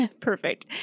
Perfect